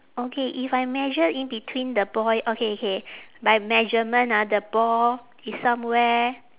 okay if I measure in between the boy okay okay my measurement ah the ball is somewhere